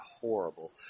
horrible